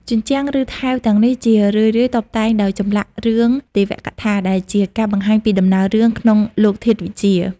ជញ្ជាំងឬ ថែវទាំងនេះជារឿយៗតុបតែងដោយចម្លាក់រឿងទេវកថា ដែលជាការបង្ហាញពីដំណើររឿងក្នុងលោកធាតុវិទ្យា។